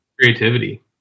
creativity